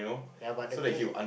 ya but the thing